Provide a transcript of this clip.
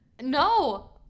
No